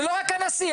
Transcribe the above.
זה לא רק הנשיא.